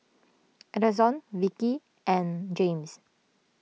Elonzo Vikki and James